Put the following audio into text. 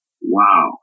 wow